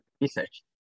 research